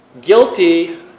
guilty